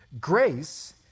Grace